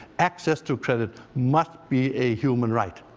access to credit must be a human right.